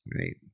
right